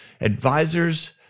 advisors